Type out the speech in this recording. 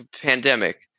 pandemic